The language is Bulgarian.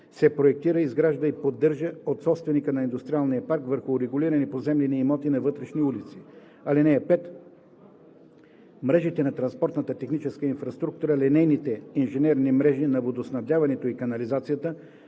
се проектира, изгражда и поддържа от собственика на индустриалния парк върху урегулирани поземлени имоти за вътрешни улици. (5) Мрежите на транспортната техническа инфраструктура, линейните инженерни мрежи на водоснабдяването и канализацията,